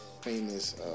famous